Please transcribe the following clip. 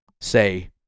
say